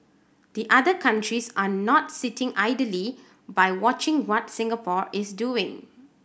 the other countries are not sitting idly by watching what Singapore is doing